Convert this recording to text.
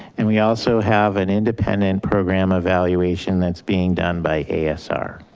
and we also have an independent program evaluation that's being done by asr.